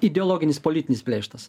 ideologinis politinis pleištas